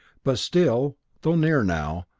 but still, though near now,